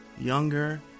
younger